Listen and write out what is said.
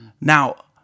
Now